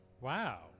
wow